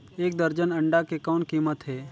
एक दर्जन अंडा के कौन कीमत हे?